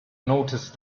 noticed